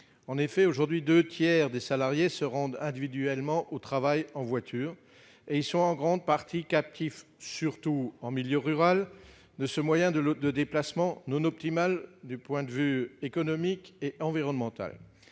En effet, aujourd'hui, deux tiers des salariés se rendent individuellement au travail en voiture. Ils sont largement captifs, surtout en milieu rural, de ce moyen de déplacement non optimal du point de vue économique et environnemental.